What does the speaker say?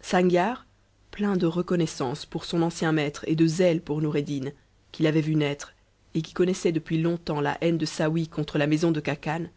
sangiar plein de reconnaissance pour son ancien maître et de zèle pour noureddin qu'il avait vu naître et qui connaissait depuis longtemps la haine'de saouy contre la maison de khacan